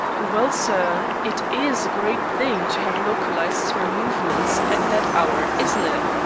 well, sir, it is a great thing to have localized her movements at that hour, isn't it?